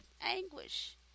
anguish